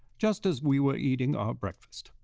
just as we were eating our breakfast,